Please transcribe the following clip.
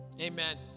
Amen